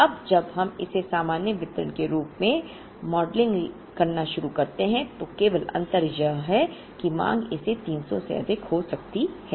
अब जब हम इसे सामान्य वितरण के रूप में मॉडलिंग करना शुरू करते हैं तो केवल अंतर यह है कि मांग इस 300 से अधिक हो सकती है